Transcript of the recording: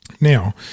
Now